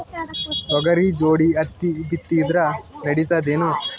ತೊಗರಿ ಜೋಡಿ ಹತ್ತಿ ಬಿತ್ತಿದ್ರ ನಡಿತದೇನು?